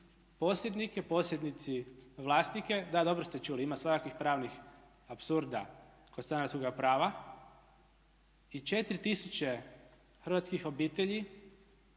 posjednike, posjednici vlasnike. Da dobro ste čuli, ima svakakvih pravnih apsurda kod stanarskoga prava. I 4000 hrvatskih obitelji